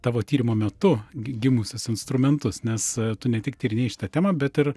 tavo tyrimo metu gi gimusius instrumentus nes tu ne tik tyrinėjai šitą temą bet ir